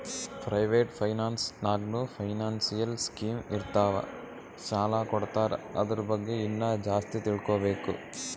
private finance ನಾಗ್ನೂ financial scheme ಇರ್ತಾವ್ ಸಾಲ ಕೊಡ್ತಾರ ಅದುರ್ ಬಗ್ಗೆ ಇನ್ನಾ ಜಾಸ್ತಿ ತಿಳ್ಕೋಬೇಕು